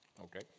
Okay